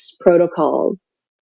protocols